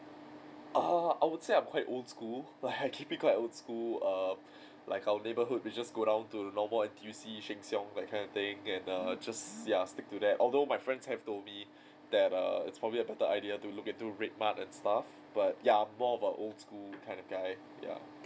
uh I would say I'm quite old school I keep it quite old school err like our neighbourhood we just go down to normal N_T_U_C sheng siong that kind of thing and err just ya stick to that although my friends have told me that err it's probably a better idea to look into red mart and stuff but ya more about old school kind of guy ya